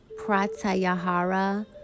pratyahara